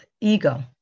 ego